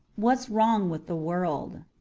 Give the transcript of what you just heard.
what's wrong with the world